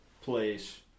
place